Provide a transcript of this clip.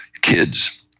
kids